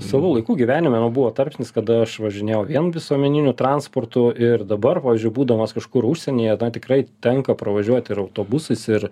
savu laiku gyvenime man buvo tarpsnis kada aš važinėjau vien visuomeniniu transportu ir dabar pavyzdžiui būdamas kažkur užsienyje na tikrai tenka pravažiuoti ir autobusais ir